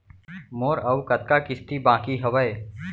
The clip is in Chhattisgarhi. मोर अऊ कतका किसती बाकी हवय?